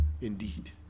indeed